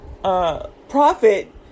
Profit